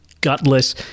Gutless